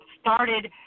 started